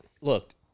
Look